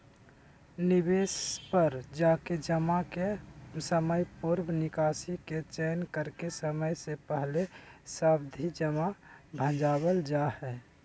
निवेश पर जाके जमा के समयपूर्व निकासी के चयन करके समय से पहले सावधि जमा भंजावल जा हय